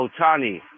Otani